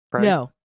No